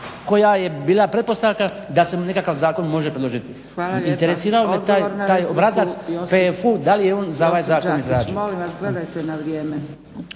koja je bila pretpostavka da se nekakav zakon može predložiti. Interesira me taj obrazac… … /Govornici govore